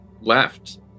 left